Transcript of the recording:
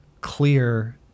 clear